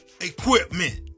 equipment